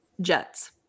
jets